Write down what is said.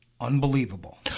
unbelievable